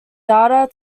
data